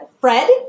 Fred